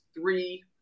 three